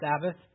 Sabbath